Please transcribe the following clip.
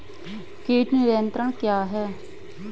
कीट नियंत्रण क्या है?